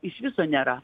iš viso nėra